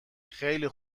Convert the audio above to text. خیلی